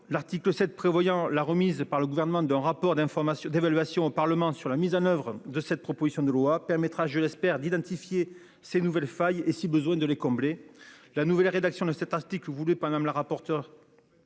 l'article 7 prévoyant la remise par le gouvernement d'un rapport d'information et d'évaluation au Parlement sur la mise en oeuvre de cette proposition de loi permettra, je l'espère d'identifier ces nouvelles failles et si besoin de les combler. La nouvelle rédaction de cet article. Vous voulez Paname la rapporteure.